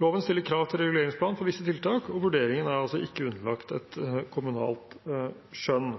Loven stiller krav til reguleringsplan for visse tiltak, og vurderingen er altså ikke underlagt et kommunalt skjønn.